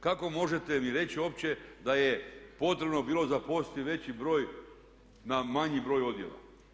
Kako možete mi reći uopće da je potrebno bilo zaposliti veći broj na manji broj odjela?